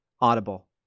Audible